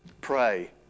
Pray